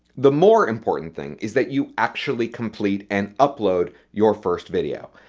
the more important thing is that you actually complete and upload your first video,